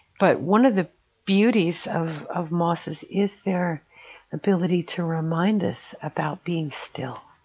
but one of the beauties of of mosses is their ability to remind us about being still,